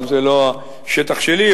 אבל זה לא השטח שלי.